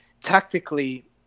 tactically